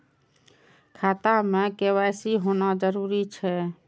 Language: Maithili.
खाता में के.वाई.सी होना जरूरी छै?